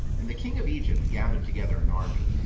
and the king of egypt gathered together an army,